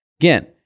Again